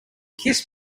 kiss